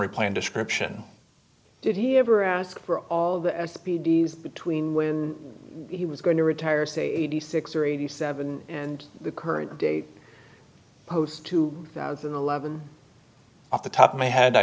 plan description did he ever ask for all the speed between when he was going to retire say eighty six or eighty seven and the current date post two thousand and eleven off the top of my head i